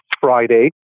Friday